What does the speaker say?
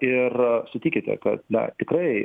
ir sutikite kad na tikrai